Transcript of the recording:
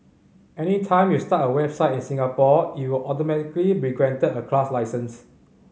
anytime you start a website in Singapore it will automatically be granted a class license